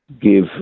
give